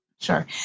Sure